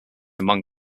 among